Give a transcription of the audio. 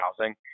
housing